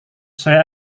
saya